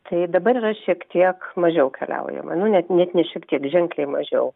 tai dabar yra šiek tiek mažiau keliaujama nu ne net ne šiek tiek ženkliai mažiau